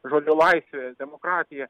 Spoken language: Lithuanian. žodžio laisvė demokratija